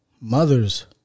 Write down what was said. mother's